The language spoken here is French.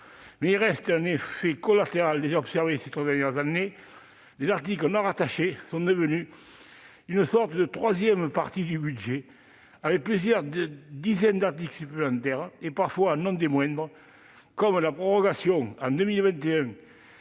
il reste un effet collatéral déjà observé ces trois dernières années : les articles non rattachés sont devenus une sorte de « troisième partie » du budget, avec plusieurs dizaines d'articles supplémentaires- et non des moindres, parfois ! -et des mesures comme la prorogation en 2021